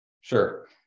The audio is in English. Sure